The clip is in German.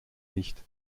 nicht